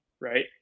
Right